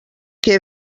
que